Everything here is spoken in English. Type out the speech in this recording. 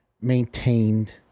maintained